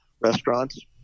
restaurants